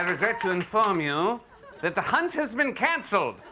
regret to inform you that the hunt has been canceled.